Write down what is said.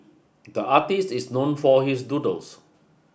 the artist is known for his doodles